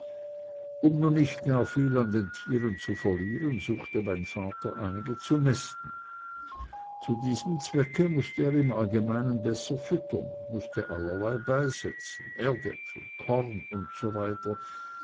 um nun nicht gar viel an den tieren zu verlieren suchte mein vater einige zu mästen zu diesem zweck mußte er im allgemeinen besser füttern mußte allerlei beisetzen erdäpfel korn usw